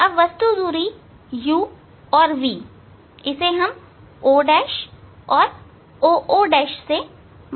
अब वस्तु दूरी u और v O' और OO' है